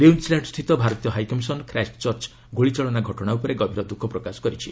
ନ୍ୟୁଜିଲାଣ୍ଡସ୍ଥିତ ଭାରତୀୟ high commission Christchurch ଗ୍ରଳିଚାଳନା ଘଟଣା ଉପରେ ଗଭୀର ଦ୍ରଃଖପ୍ରକାଶ କରିଛି